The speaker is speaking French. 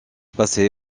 passé